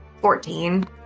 Fourteen